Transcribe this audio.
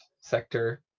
sector